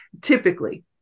typically